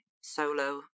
solo